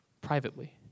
privately